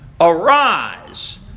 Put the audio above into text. Arise